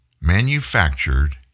manufactured